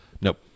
Nope